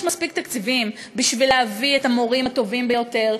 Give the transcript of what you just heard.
מספיק תקציבים להביא את המורים הטובים ביותר,